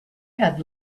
had